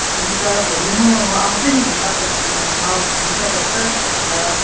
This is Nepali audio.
हुन्छ भोलि म आउँछु नि तपाईँ हवस् हुन्छ डक्टर हुन्छ